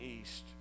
east